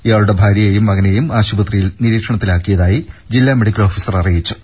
ഇയാളുടെയ ഭാര്യയെയും മകനെയും ആശുപത്രിയിൽ നിരീക്ഷണത്തിലാക്കിയതായി ജില്ലാ മെഡിക്കൽ ഓഫീസർ അറിയിച്ചു